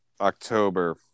October